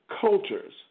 cultures